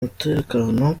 umutekano